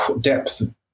depth